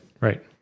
right